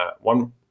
one